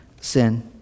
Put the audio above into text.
sin